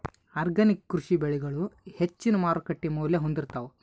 organic ಕೃಷಿ ಬೆಳಿಗಳು ಹೆಚ್ಚಿನ್ ಮಾರುಕಟ್ಟಿ ಮೌಲ್ಯ ಹೊಂದಿರುತ್ತಾವ